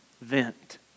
vent